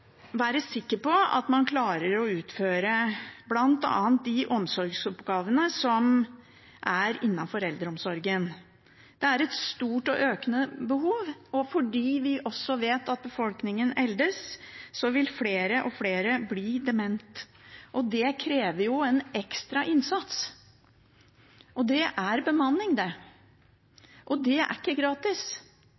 utføre bl.a. de omsorgsoppgavene som er innenfor eldreomsorgen. Det er et stort og økende behov, for vi vet at fordi befolkningen eldes, vil flere og flere bli demente. Det krever en ekstra innsats – det er bemanning, og det er ikke gratis. Nå har vi telt opp hvor mange det er som ikke får sykehjemsplass, men som trenger det.